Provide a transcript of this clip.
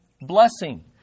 blessing